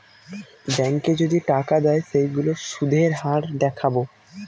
ব্যাঙ্কে যদি টাকা দেয় সেইগুলোর সুধের হার দেখাবো